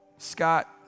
Scott